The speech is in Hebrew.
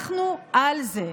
אנחנו על זה.